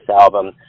album